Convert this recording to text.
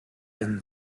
een